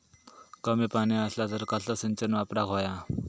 कमी पाणी असला तर कसला सिंचन वापराक होया?